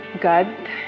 God